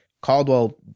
Caldwell